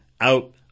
out